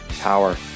power